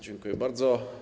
Dziękuję bardzo.